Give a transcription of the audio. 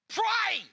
pray